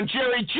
Jerry